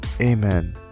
amen